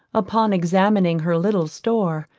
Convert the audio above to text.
upon examining her little store,